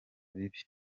bibi